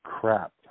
crap